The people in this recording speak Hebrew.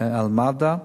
על מד"א,